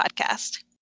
podcast